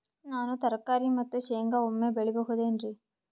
ನಾನು ತರಕಾರಿ ಮತ್ತು ಶೇಂಗಾ ಒಮ್ಮೆ ಬೆಳಿ ಬಹುದೆನರಿ?